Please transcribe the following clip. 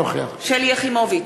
אינו נוכח שלי יחימוביץ,